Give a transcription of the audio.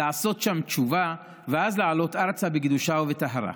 לעשות שם תשובה ואז לעלות ארצה בקדושה ובטהרה.